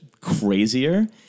crazier